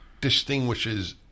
distinguishes